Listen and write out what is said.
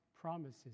promises